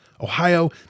Ohio